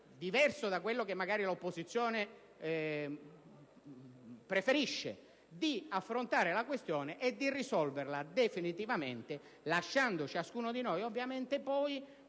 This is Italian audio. diverso da quello che magari l'opposizione preferisce, di affrontare la questione e di risolverla definitivamente, lasciando ciascuno di noi ovviamente con